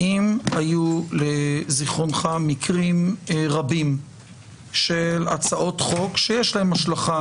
האם היו לזיכרונך מקרים רבים של הצעות חוק שיש להן השלכה